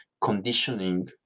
conditioning